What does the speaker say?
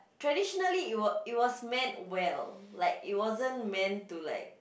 traditionally it wa~ it was meant well like it wasn't meant to like